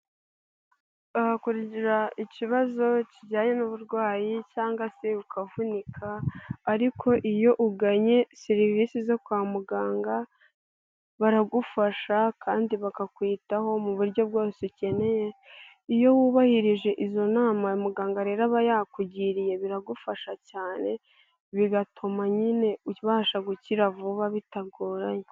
Ahakurikira ikibazo kijyanye n'uburwayi cyangwa se ukavunika ariko iyo uganye serivisi zo kwa muganga baragufasha kandi bakakwitaho mu buryo bwose ukeneye. Iyo wubahirije izo nama za muganga rero aba yakugiriye, biragufasha cyane bigatuma nyine ubasha gukira vuba bitagoranye.